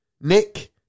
Nick